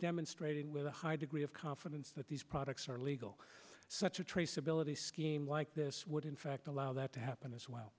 demonstrating with a high degree of confidence that these products are legal such a traceability scheme like this would in fact allow that to happen as well